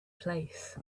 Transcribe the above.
place